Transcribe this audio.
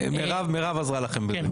מירב עזרה לכם בזה.